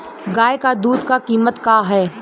गाय क दूध क कीमत का हैं?